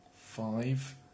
Five